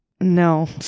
No